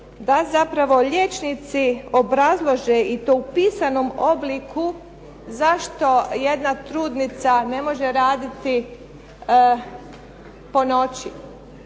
da zapravo liječnici obrazlože i to u pisanom obliku zašto jedna trudnica ne može raditi po noći.